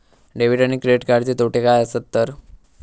Debit आणि credit कार्डचे तोटे काय आसत तर?